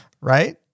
Right